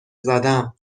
زدم